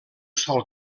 sol